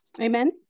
Amen